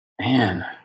man